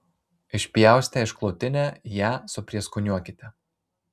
išpjaustę išklotinę ją suprieskoniuokite